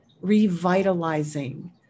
revitalizing